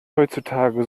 heutzutage